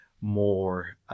more